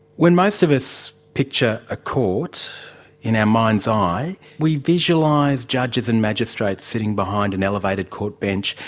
when most of us picture a court in our mind's eye we visualise judges and magistrates sitting behind an elevated court bench,